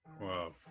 Wow